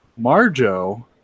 Marjo